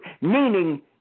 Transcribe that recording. meaning